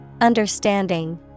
Understanding